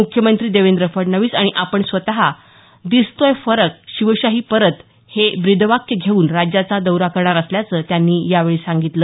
मुख्यमंत्री देवेंद्र फडणवीस आणि आपण स्वत दिसतोय फरक शिवशाही परत हे ब्रीदवाक्य घेऊन राज्याचा दौरा करणार असल्याचं त्यांनी यावेळी सांगितलं